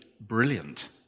brilliant